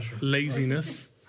laziness